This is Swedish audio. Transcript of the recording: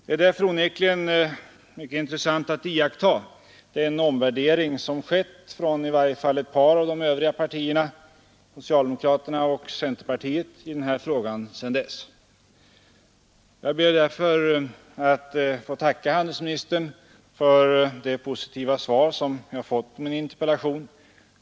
Det är därför onekligen mycket intressant att iaktta den omvärdering som skett hos i varje fall ett par av de övriga partierna — socialdemokraterna och centerpartiet — i den här frågan sedan dess. Jag ber att få tacka handelsministern för det positiva svar som jag fått på min interpellation.